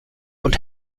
und